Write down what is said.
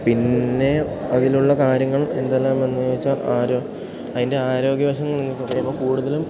പിന്നെ അതിലുള്ള കാര്യങ്ങൾ എന്തെല്ലാം എന്ന് ചോദിച്ചാൽ ആരോ അതിൻ്റെ ആരോഗ്യവശങ്ങൾ പറയുമ്പം കൂടുതലും